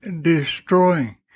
destroying